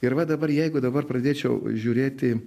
ir va dabar jeigu dabar pradėčiau žiūrėti